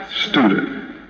student